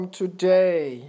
today